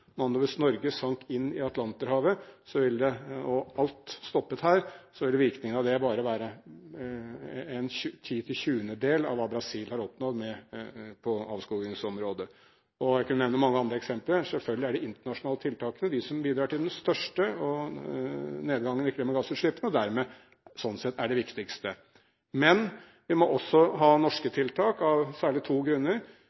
Hvis Norge sank inn i Atlanterhavet og alt stoppet her, ville virkningen av dette bare være en ti–tjuendedel av hva Brasil har oppnådd på avskogingsområdet. Jeg kunne nevne mange andre eksempler. Selvfølgelig er det de internasjonale tiltakene som bidrar til den største nedgangen i klimagassutslippene, og som dermed sånn sett er de viktigste. Men vi må også ha norske